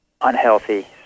unhealthy